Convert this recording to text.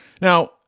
Now